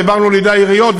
שהעברנו לידי העיריות,